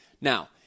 Now